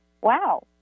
Wow